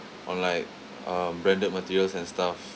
on like um branded materials and stuff